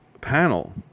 panel